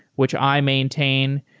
which i maintain.